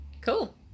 Cool